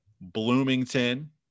bloomington